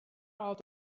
out